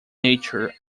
nature